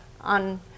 on